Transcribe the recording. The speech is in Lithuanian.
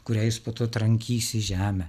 kurią jis po to trankys į žemę